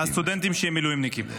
הסטודנטים שהם מילואימניקים.